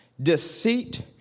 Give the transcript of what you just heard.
deceit